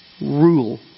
rule